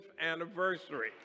anniversary